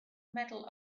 medal